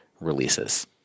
releases